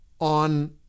on